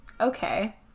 okay